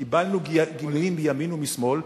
קיבלנו גינויים מימין ומשמאל,